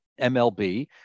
mlb